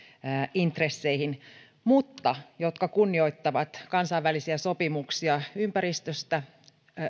intressejä mutta jotka kunnioittavat kansainvälisiä sopimuksia ympäristöstä